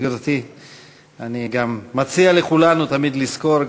אני גם מציע לכולנו תמיד לזכור,